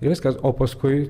ir viskas o paskui